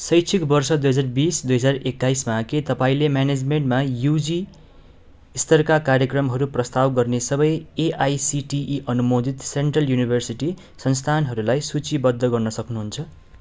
शैक्षिक वर्ष दुई हजार बिस दुई हजार एक्काइसमा के तपाईँँले म्यानेजमेन्टमा युजी स्तरका कार्यक्रमहरू प्रस्ताव गर्ने सबै एआइसिटिई अनुमोदित सेन्ट्रल युनिभर्सिटी संस्थानहरूलाई सूचीबद्ध गर्न सक्नुहुन्छ